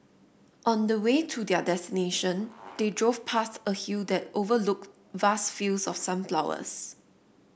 on the way to their destination they drove past a hill that overlooked vast fields of sunflowers